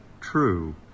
true